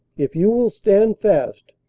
if you will stand fast,